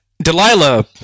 Delilah